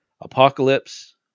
Apocalypse